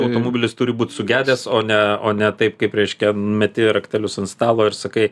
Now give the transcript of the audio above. automobilis turi būt sugedęs o ne o ne taip kaip reiškia meti raktelius ant stalo ir sakai